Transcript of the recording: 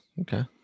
okay